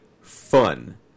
Fun